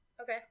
Okay